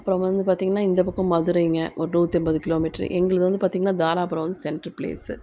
அப்புறம் வந்து பார்த்தீங்கனா இந்த பக்கம் மதுரைங்க ஒரு நூற்றி ஐம்பது கிலோ மீட்ரு எங்களுது வந்து பார்த்தீங்கனா தாராபுரம் வந்து சென்ட்ரு பிளேஸ்ஸு